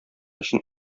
өчен